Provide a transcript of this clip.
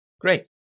great